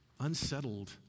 unsettled